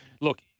look